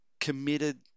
committed